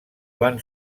van